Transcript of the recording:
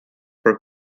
for